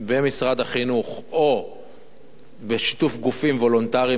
במשרד החינוך או בשיתוף גופים וולונטריים